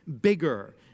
bigger